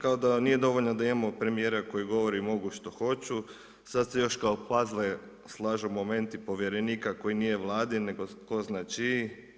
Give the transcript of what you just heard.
Kao da vam nije dovoljno da imamo premjera koji govori mogu što hoću sad se još kao puzzle slažu momenti povjerenika koji nije Vladin, nego tko zna čiji.